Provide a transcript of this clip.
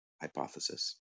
hypothesis